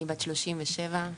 בת 37,